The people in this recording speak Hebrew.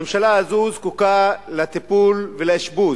הממשלה הזאת זקוקה לטיפול ולאשפוז.